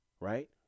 Right